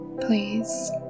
Please